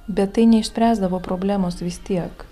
bet tai neišspręsdavo problemos vis tiek